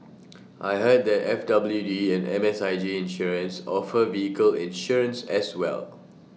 I heard that F W D and M S I G insurance offer vehicle insurance as well